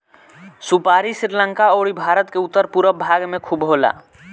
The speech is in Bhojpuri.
सुपारी श्रीलंका अउरी भारत के उत्तर पूरब भाग में खूब होला